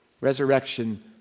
resurrection